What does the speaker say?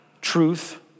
truth